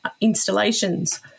installations